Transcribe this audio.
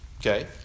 Okay